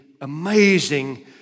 amazing